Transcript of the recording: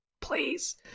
please